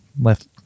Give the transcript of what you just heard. left